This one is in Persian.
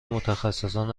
متخصصان